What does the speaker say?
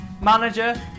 manager